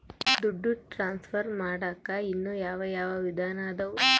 ದುಡ್ಡು ಟ್ರಾನ್ಸ್ಫರ್ ಮಾಡಾಕ ಇನ್ನೂ ಯಾವ ಯಾವ ವಿಧಾನ ಅದವು?